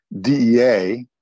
DEA